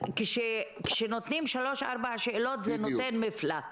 כששואלים שלוש-ארבע שאלות זה נותן מפלט.